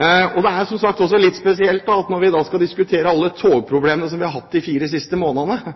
Det er som sagt litt spesielt at når vi skal diskutere alle togproblemene vi har hatt de fire siste månedene,